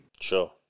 Sure